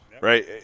right